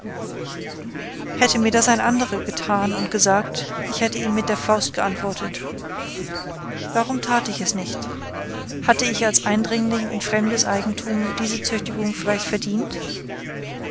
hätte mir das ein anderer getan und gesagt ich hätte ihm mit der faust geantwortet warum tat ich es nicht hatte ich als eindringling in fremdes eigentum diese züchtigung vielleicht verdient